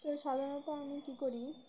তো সাধারণত আমি কী করি